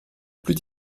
plus